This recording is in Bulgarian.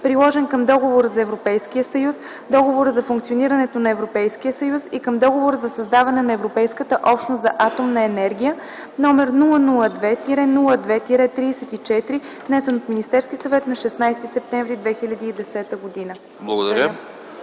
приложен към Договора за Европейския съюз, Договора за функционирането на Европейския съюз и към Договора за създаване на Европейската общност за атомна енергия, № 002-02-34, внесен от Министерския съвет на 16 септември 2010 г.” Благодаря.